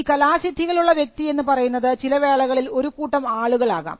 ഈ കലാ സിദ്ധികളുള്ള വ്യക്തി എന്ന് പറയുന്നത് ചില വേളകളിൽ ഒരു കൂട്ടം ആളുകൾ ആകാം